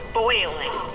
boiling